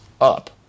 up